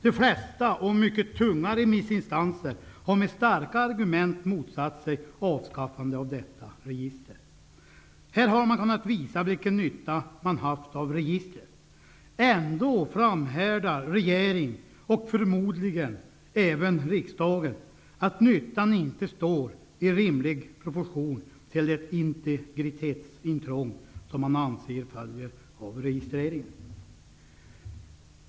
De flesta, och mycket tunga remissinstanser, har med starka argument motsatt sig avskaffandet av detta register. Här har man kunnat visa vilken nytta man har haft av registret. Ändå framhärdar regeringen, och förmodligen även riksdagen, att nyttan inte står i rimlig proportion till det integritetsintrång som man anser följer av registreringen.